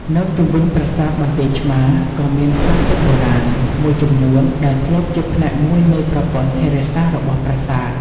នៅជុំវិញប្រាសាទបន្ទាយឆ្មារ ក៏មាន ស្រះទឹកបុរាណ មួយចំនួនដែលធ្លាប់ជាផ្នែកមួយនៃប្រព័ន្ធធារាសាស្ត្ររបស់ប្រាសាទ។